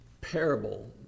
parable